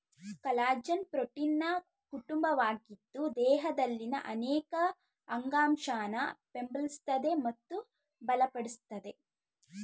collagen ಪ್ರೋಟೀನ್ನ ಕುಟುಂಬವಾಗಿದ್ದು ದೇಹದಲ್ಲಿನ ಅನೇಕ ಅಂಗಾಂಶನ ಬೆಂಬಲಿಸ್ತದೆ ಮತ್ತು ಬಲಪಡಿಸ್ತದೆ